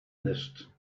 list